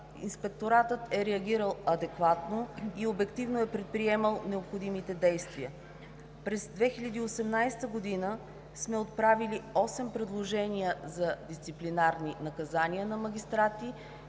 Инспекторатът е реагирал адекватно и обективно е предприемал необходимите действия. През 2018 г. сме отправили осем предложения за дисциплинарни наказания на магистрати